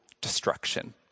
destruction